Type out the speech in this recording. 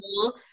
cool